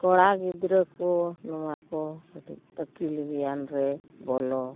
ᱠᱚᱲᱟ ᱜᱤᱫᱽᱨᱟᱹ ᱠᱚ ᱱᱚᱣᱟ ᱠᱚ ᱠᱟᱹᱴᱤᱡ ᱟᱹᱠᱤᱞ ᱜᱮᱭᱟᱱ ᱨᱮ ᱵᱚᱞᱚ